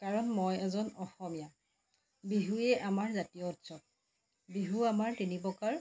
কাৰণ মই এজন অসমীয়া বিহুৱেই আমাৰ জাতীয় উৎসৱ বিহু আমাৰ তিনি প্ৰকাৰ